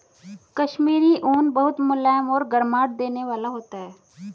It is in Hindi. कश्मीरी ऊन बहुत मुलायम और गर्माहट देने वाला होता है